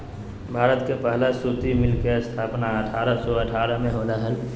भारत में पहला सूती मिल के स्थापना अठारह सौ अठारह में होले हल